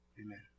Amen